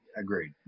Agreed